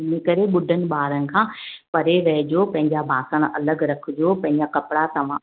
हिन करे ॿुढनि ॿारनि खां परे रहजो पंहिंजा ॿासण अलॻि रखिजो पंहिंजा कपिड़ा तव्हां